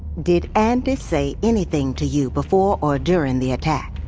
did andi say anything to you, before or during the attack?